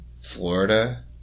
Florida